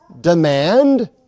demand